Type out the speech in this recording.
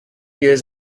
years